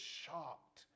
shocked